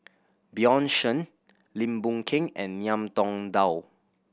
Bjorn Shen Lim Boon Keng and Ngiam Tong Dow